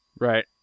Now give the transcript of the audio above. right